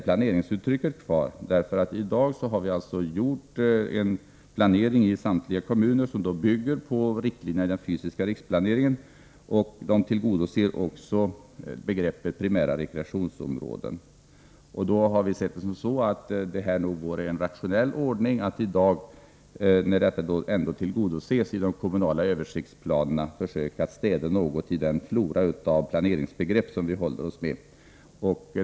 Vi har ju gjort en planering i samtliga kommuner, vilken bygger på riktlinjerna i den fysiska riksplaneringen och tillgodoser de förutsättningar som gällde för begreppet primära rekreationsområden. Enligt vår mening vore det rationellt att i dag, när detta tillgodoses i de kommunala översiktsplanerna, försöka städa något i den flora av planeringsbegrepp som vi håller oss med.